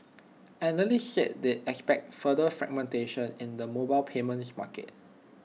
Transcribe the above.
analysts said they expect further fragmentation in the mobile payments market